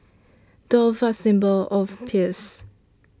doves are a symbol of peace